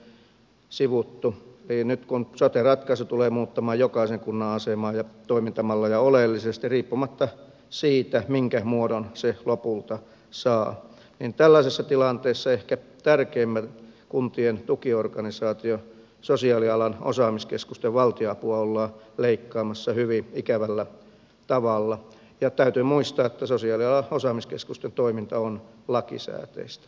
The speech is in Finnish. eli nyt kun sote ratkaisu tulee muuttamaan jokaisen kunnan asemaa ja toimintamalleja oleellisesti riippumatta siitä minkä muodon se lopulta saa niin tällaisessa tilanteessa ehkä tärkeimmän kuntien tukiorganisaation sosiaalialan osaamiskeskusten valtionapua ollaan leikkaamassa hyvin ikävällä tavalla ja täytyy muistaa että sosiaalialan osaamiskeskusten toiminta on lakisääteistä